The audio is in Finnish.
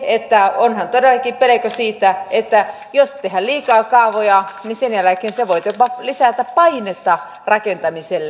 ja onhan todellakin pelko siitä että jos tehdään liikaa kaavoja niin sen jälkeen se voi jopa lisätä painetta rakentamiselle